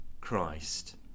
Christ